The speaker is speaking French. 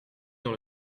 dans